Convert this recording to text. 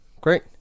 great